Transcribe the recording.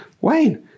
Wayne